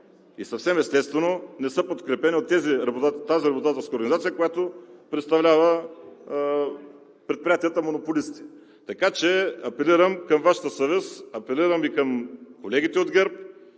Съвсем естествено не са подкрепени от тази работодателска организация, която представлява предприятията монополисти. Така че апелирам към Вашата съвест, апелирам и към колегите от ГЕРБ.